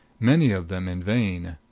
many of them in vain.